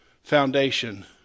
foundation